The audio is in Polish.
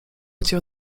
cię